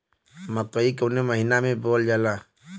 मकई कवने महीना में बोवल जाला?